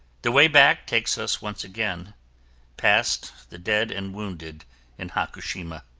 the way back takes us once again past the dead and wounded in hakushima.